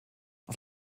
auf